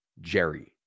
Jerry